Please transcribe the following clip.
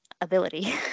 ability